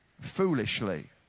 foolishly